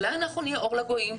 אולי אנחנו נהיה אור לגויים,